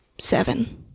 seven